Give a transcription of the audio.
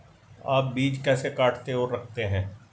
आप बीज कैसे काटते और रखते हैं?